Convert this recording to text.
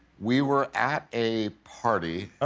we were at a party,